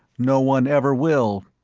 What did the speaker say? no one ever will,